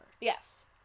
Yes